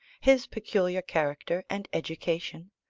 his peculiar character and education,